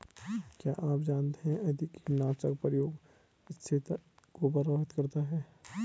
क्या आप जानते है अधिक कीटनाशक प्रयोग स्थिरता को प्रभावित करता है?